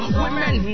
women